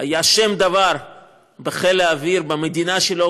היה שם דבר בחיל האוויר במדינה שלו,